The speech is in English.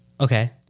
Okay